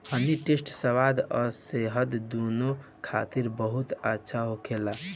हनी toast स्वाद आ सेहत दूनो खातिर बहुत अच्छा होखेला